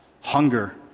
hunger